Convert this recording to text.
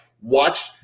watch